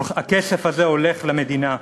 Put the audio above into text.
הכסף הזה הולך למדינה.